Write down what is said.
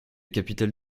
capitale